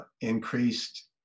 increased